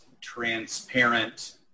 transparent